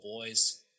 boys